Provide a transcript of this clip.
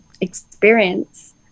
experience